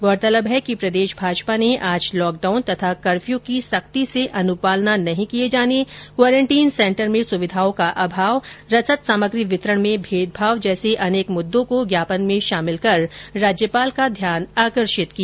गौरतलब है कि प्रदेश भाजपा ने आज लॉकडाउन तथा कफ्र्यू की सख्ती से अनुपालना नहीं किए जाना क्वारेटीन सेंटर में सुविधाओं का अभाव रसद सामग्री वितरण में भेदभाव जैसे अनेक मुद्दो को ज्ञापन में शामिल कर राज्यपाल का ध्यान आकर्षित किया